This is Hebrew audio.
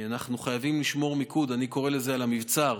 אנחנו חייבים לשמור מיקוד, אני קורא לזה על המבצר,